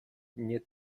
нет